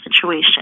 situation